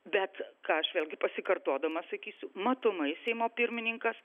bet ką aš vėlgi pasikartodama sakysiu matomai seimo pirmininkas